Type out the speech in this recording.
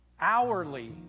hourly